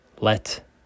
Let